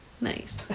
nice